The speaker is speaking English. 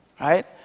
Right